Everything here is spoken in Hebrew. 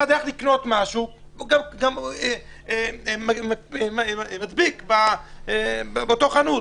אחד הלך לקנות משהו, הוא מדביק באותה חנות.